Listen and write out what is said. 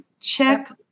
check